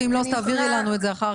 אם לא, אז תעבירי לנו את זה אחר כך.